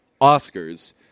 oscars